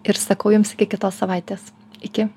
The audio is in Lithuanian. ir sakau jums iki kitos savaitės iki